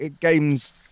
games